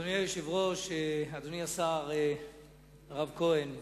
אדוני היושב-ראש, אדוני השר הרב כהן,